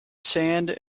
sand